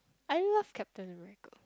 I love Captain America